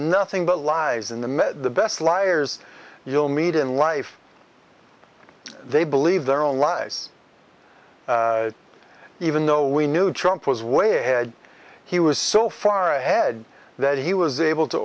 nothing but lies in the best liars you'll meet in life they believe their own lies even though we knew trump was way ahead he was so far ahead that he was able to